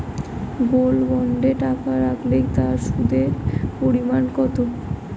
Gold বন্ডে টাকা রাখলে তা সুদের পরিমাণ কত?